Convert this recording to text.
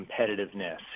competitiveness